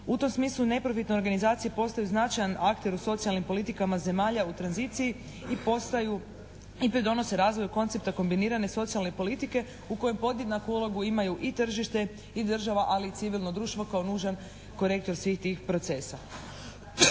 U tom smislu neprofitne organizacije postaju značajan akter u socijalnim politikama zemalja u tranziciji i pridonose razvoju koncepta kombinirane socijalne politike u kojoj podjednaku ulogu imaju i tržište i država, ali i civilno društvo kao nužan korektor svih tih procesa.